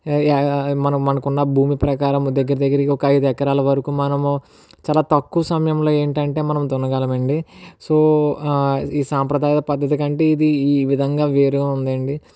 మనకున్న భూమి ప్రకారము దగ్గరదగ్గర ఒక అయిదు ఎకరాలు వరకు మనము చాలా తక్కువ సమయంలో ఏంటంటే మనము దున్నగలమండి సో ఈ సాంప్రదాయ పద్దతి కంటే ఇది ఈ విధంగా వేరుగా ఉందండి